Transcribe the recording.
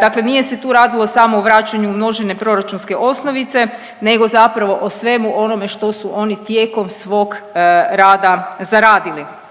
Dakle, nije se tu radilo samo o vraćanju umnožene proračunske osnovice, nego zapravo o svemu onome što su oni tijekom svog rada zaradili.